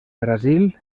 brasil